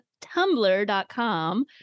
Tumblr.com